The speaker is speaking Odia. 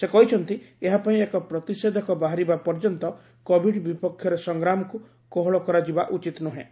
ସେ କହିଛନ୍ତି ଏହା ପାଇଁ ଏକ ପ୍ରତିଷେଧକ ବାହାରିବା ପର୍ଯ୍ୟନ୍ତ କୋବିଡ୍ ବିପକ୍ଷରେ ସଂଗ୍ରାମକୁ କୋହଳ କରାଯିବା ଉଚିତ୍ ନୁହେଁ